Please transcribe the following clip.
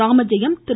Ramajayam Thiru